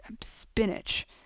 spinach